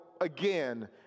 again